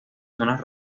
zonas